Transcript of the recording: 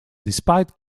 despite